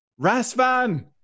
Rasvan